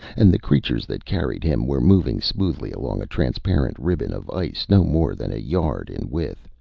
and the creatures that carried him were moving smoothly along a transparent ribbon of ice no more than a yard in width,